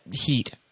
heat